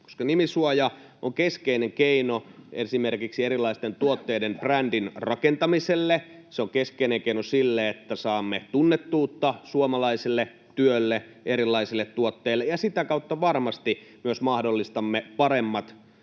koska nimisuoja on keskeinen keino esimerkiksi erilaisten tuotteiden brändin rakentamiselle, se on keskeinen keino sille, että saamme tunnettuutta suomalaiselle työlle, erilaisille tuotteille, ja sitä kautta varmasti myös mahdollistamme paremmat